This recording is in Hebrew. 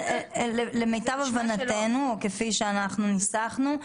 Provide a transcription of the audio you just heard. למיטב הבנתנו או כפי שאנחנו ניסחנו,